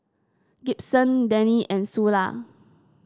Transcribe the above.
Gibson Dannie and Sula